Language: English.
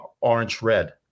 orange-red